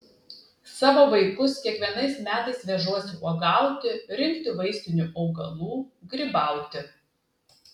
savo vaikus kiekvienais metais vežuosi uogauti rinkti vaistinių augalų grybauti